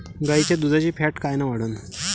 गाईच्या दुधाची फॅट कायन वाढन?